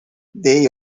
they